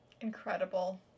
Incredible